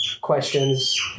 questions